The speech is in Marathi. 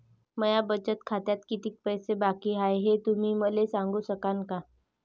माया बचत खात्यात कितीक पैसे बाकी हाय, हे तुम्ही मले सांगू सकानं का?